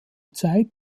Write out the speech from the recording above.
zeit